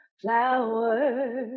flowers